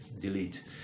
delete